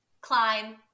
climb